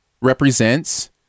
represents